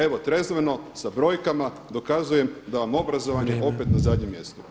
Evo trezveno sa brojkama dokazujem da vam je obrazovanje opet na zadnjem mjestu.